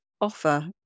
offer